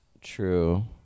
True